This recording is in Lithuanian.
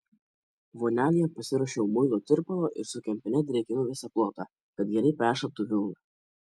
vonelėje pasiruošiau muilo tirpalo ir su kempine drėkinu visą plotą kad gerai peršlaptų vilna